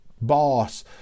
boss